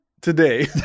today